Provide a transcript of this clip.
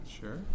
Sure